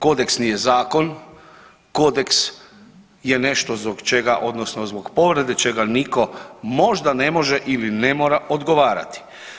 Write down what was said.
Kodeks nije zakon, kodeks je nešto zbog čega odnosno zbog povrede čega nitko možda ne može ili ne mora odgovarati.